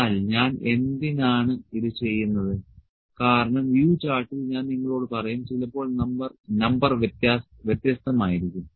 എന്നാൽ ഞാൻ എന്തിനാണ് ഇത് ചെയ്യുന്നത് കാരണം U ചാർട്ടിൽ ഞാൻ നിങ്ങളോട് പറയും ചിലപ്പോൾ നമ്പർ വ്യത്യസ്തമായിരിക്കും